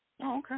okay